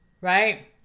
Right